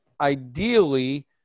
ideally